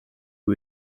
who